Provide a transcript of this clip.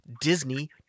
Disney